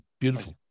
Beautiful